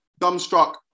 dumbstruck